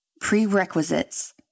Prerequisites